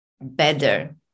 better